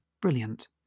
Brilliant